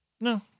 No